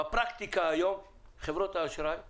בפרקטיקה היום חברות האשראי מתחרות.